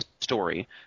story